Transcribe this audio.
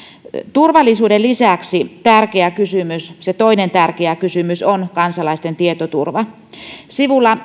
turvallisuuden lisäksi tärkeä kysymys se toinen tärkeä kysymys on kansalaisten tietoturva sivulla